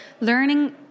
learning